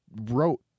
wrote